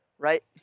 right